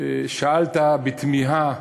שאלת בתמיהה: